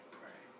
pray